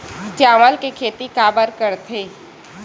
चावल के खेती काबर करथे?